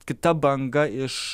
kita banga iš